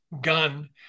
gun